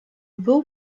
był